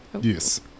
Yes